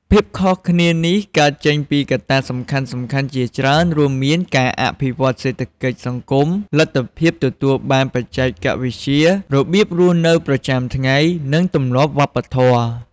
ភាពខុសគ្នានេះកើតចេញពីកត្តាសំខាន់ៗជាច្រើន រួមមានការអភិវឌ្ឍន៍សេដ្ឋកិច្ចសង្គម លទ្ធភាពទទួលបានបច្ចេកវិទ្យា របៀបរស់នៅប្រចាំថ្ងៃ និងទម្លាប់វប្បធម៌។